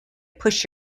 push